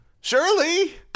Surely